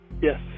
Yes